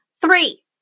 Three